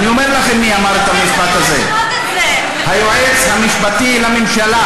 אני אומר לכם מי אמר את המשפט הזה: היועץ המשפטי לממשלה.